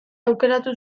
aukeratu